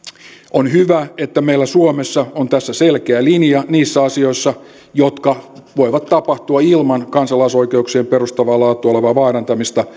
on hyvä että meillä suomessa on tässä selkeä linja niissä asioissa jotka voivat tapahtua ilman kansalaisoikeuksien perustavaa laatua olevaa vaarantamista